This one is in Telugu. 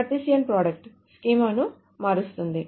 కార్టేసియన్ ప్రోడక్ట్ స్కీమాను మారుస్తుంది